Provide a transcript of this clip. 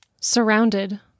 surrounded